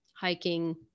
hiking